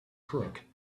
crook